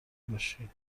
باشی